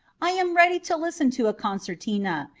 i am ready to listen to a concertina,